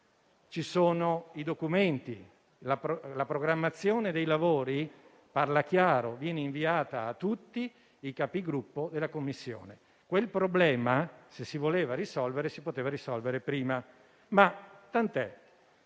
ci sono i documenti: la programmazione dei lavori parla chiaro, essa viene inviata a tutti i Capigruppo della Commissione. Quel problema, se lo si voleva risolvere, lo si poteva risolvere prima. Ma tant'è.